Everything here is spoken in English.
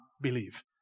believe